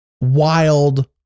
wild